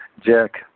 Jack